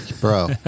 Bro